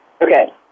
Okay